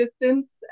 distance